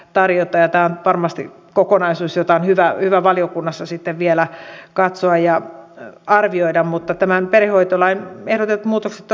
tämä on varmasti kokonaisuus jota on hyvä valiokunnassa vielä katsoa ja arvioida mutta tämän perhehoitolain eronneet muutosta